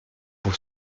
pour